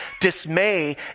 dismay